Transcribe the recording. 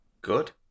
good